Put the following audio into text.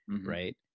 right